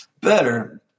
better